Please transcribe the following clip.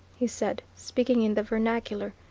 he said, speaking in the vernacular,